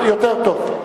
יותר טוב.